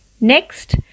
Next